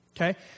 Okay